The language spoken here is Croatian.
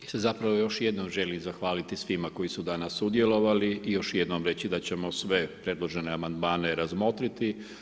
Ja se zapravo još jednom želim zahvaliti svima koji su danas sudjelovali i još jednom reći da ćemo sve predložene amandmane razmotriti.